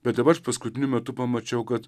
bet dabar paskutiniu metu pamačiau kad